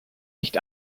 nicht